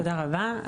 תודה רבה.